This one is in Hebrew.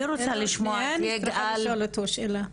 אני רוצה לשמוע --- אני רק רוצה לשאול אותו שאלה.